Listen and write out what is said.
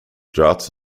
droughts